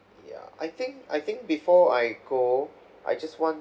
ya I think I think before I go I just want